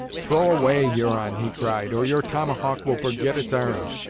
throw away, huron, he cried, or your tomahawk will forget its ar'n'd.